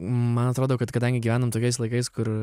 man atrodo kad kadangi gyvenam tokiais laikais kur